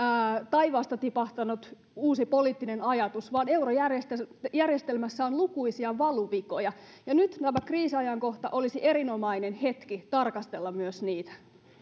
taivaasta tipahtanut uusi poliittinen ajatus vaan eurojärjestelmässä eurojärjestelmässä on lukuisia valuvikoja ja nyt tämä kriisiajankohta olisi erinomainen hetki tarkastella myös niitä